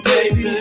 Baby